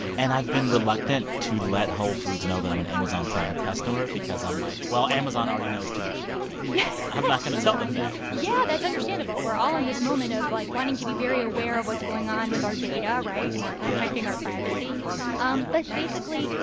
and i've been reluctant to let whole foods know that i'm an amazon prime customer because i'm like, well, amazon already knows too much about me yeah i'm not going to tell them that yeah, that's understandable. we're all in this moment of, like, wanting to be very aware of what's going on with our data right? and our. yeah. protecting our privacy yeah um but basically,